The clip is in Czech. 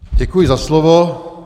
Děkuji za slovo.